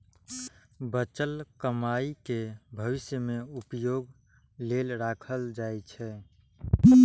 बचल कमाइ कें भविष्य मे उपयोग लेल राखल जाइ छै